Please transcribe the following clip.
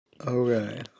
Okay